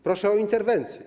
Proszę o interwencję.